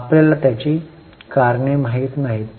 आपल्याला त्याची कारणे माहित नाहीत